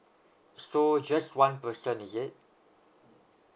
so just one person is it